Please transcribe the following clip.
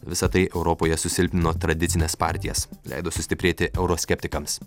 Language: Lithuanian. visa tai europoje susilpnino tradicines partijas leido sustiprėti euroskeptikams